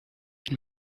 and